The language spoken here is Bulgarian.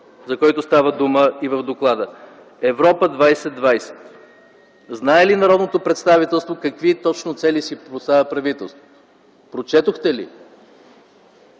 за който става дума е в доклада – „Европа 2020”. Знае ли народното представителство какви точно цели си поставя правителството? Прочетохте ли?